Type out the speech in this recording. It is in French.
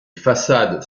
façades